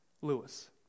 Lewis